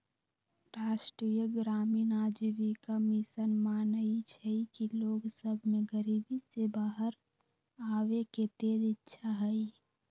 राष्ट्रीय ग्रामीण आजीविका मिशन मानइ छइ कि लोग सभ में गरीबी से बाहर आबेके तेज इच्छा हइ